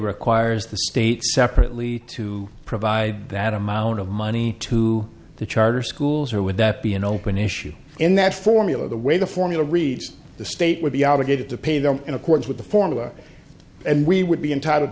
requires the state separately to provide that amount of money to the charter schools or would that be an open issue in that formula the way the formula reads the state would be obligated to pay them in accordance with the formula and we would be entitled